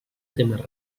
témer